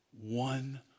one